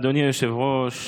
אדוני היושב-ראש,